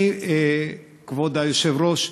כבוד היושב-ראש,